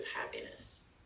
happiness